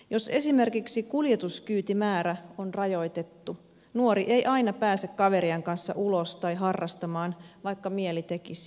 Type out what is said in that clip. jos esimerkiksi kuljetuskyytimäärä on rajoitettu nuori ei aina pääse kaverien kanssa ulos tai harrastamaan vaikka mieli tekisi